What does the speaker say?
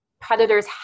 predators